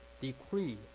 decree